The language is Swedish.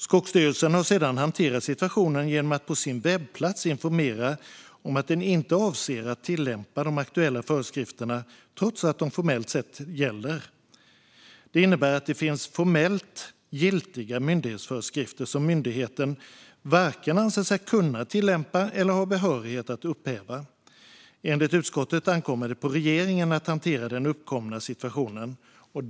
Skogsstyrelsen har sedan hanterat situationen genom att på sin webbplats informera om att den inte avser att tillämpa de aktuella föreskrifterna, trots att de formellt sett gäller. Detta innebär att det finns formellt giltiga myndighetsföreskrifter som myndigheten varken anser sig kunna tillämpa eller har behörighet att upphäva. Enligt utskottet ankommer det på regeringen att hantera den uppkomna situationen.